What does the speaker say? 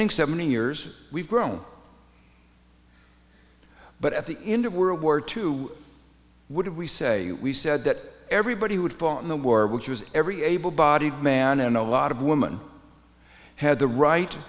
in seventy years we've grown but at the end of world war two would we say we said that everybody would fund the war which was every able bodied man and a lot of women had the right